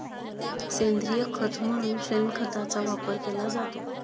सेंद्रिय खत म्हणून शेणखताचा वापर केला जातो